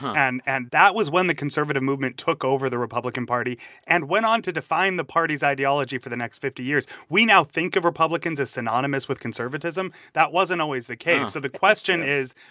and and that was when the conservative movement took over the republican party and went on to define the party's ideology for the next fifty years. we now think of republicans as synonymous with conservatism. that wasn't always the case. so the question is,